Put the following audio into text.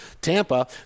Tampa